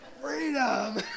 Freedom